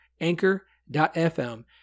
anchor.fm